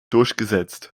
durchgesetzt